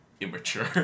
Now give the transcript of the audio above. immature